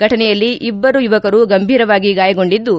ಫಟನೆಯಲ್ಲಿ ಇಬ್ಬರು ಯುವಕರು ಗಂಭೀರವಾಗಿ ಗಾಯಗೊಂಡಿದ್ದು